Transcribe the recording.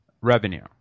revenue